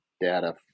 data